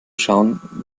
schauen